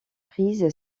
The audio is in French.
prise